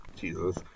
Jesus